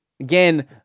Again